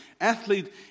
athlete